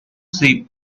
sheep